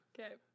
Okay